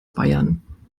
bayern